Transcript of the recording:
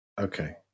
Okay